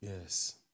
Yes